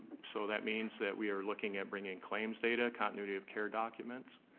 so that means that we are looking at bringing claims data, continuity of care documents,